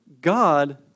God